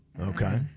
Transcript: Okay